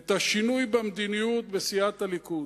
את השינוי במדיניות בסיעת הליכוד?